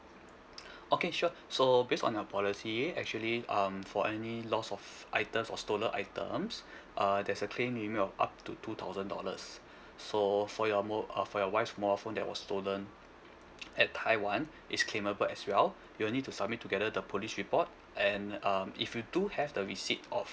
okay sure so based on our policy actually um for any loss of items or stolen items uh there's a claim limit of up to two thousand dollars so for your mo~ uh for your wife's mobile phone that was stolen at taiwan is claimable as well you'll need to submit together the police report and um if you do have the receipt of